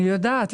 אני יודעת.